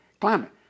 climate